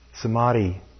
samadhi